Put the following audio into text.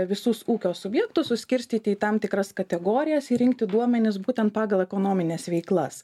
visus ūkio subjektus suskirstyti į tam tikras kategorijas ir rinkti duomenis būtent pagal ekonomines veiklas